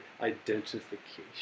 identification